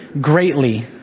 greatly